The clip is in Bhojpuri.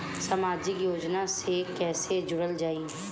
समाजिक योजना से कैसे जुड़ल जाइ?